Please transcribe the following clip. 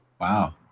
Wow